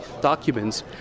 documents